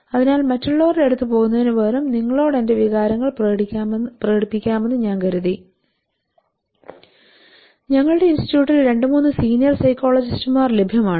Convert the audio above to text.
അതിനാൽ മറ്റുള്ളവരുടെ അടുത്ത് പോകുന്നതിനുപകരം നിങ്ങളോട് എന്റെ വികാരങ്ങൾ പ്രകടിപ്പിക്കാമെന്ന് ഞാൻ കരുതി ഞങ്ങളുടെ ഇൻസ്റ്റിറ്റ്യൂട്ടിൽ രണ്ട് മൂന്ന് സീനിയർ സൈക്കോളജിസ്റ്റുമാർ ലഭ്യമാണ്